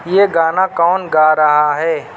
یہ گانا کون گا رہا ہے